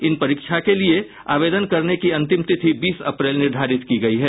इस परीक्षा के लिये आवेदन करने की अंतिम तिथि बीस अप्रैल निर्धारित की गयी है